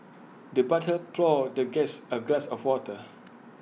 the butler poured the guest A glass of water